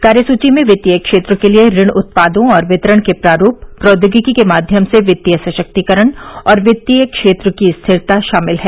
कार्यसूची में वित्तीय क्षेत्र के लिए ऋण उत्पादों और वितरण के प्रारूप प्रौद्योगिकी के माध्यम से वित्तीय सशक्तीकरण और वित्तीय क्षेत्र की स्थिरता शामिल है